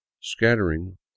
scattering